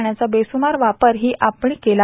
पाण्याचा बेसुमार वापर ही आपण केला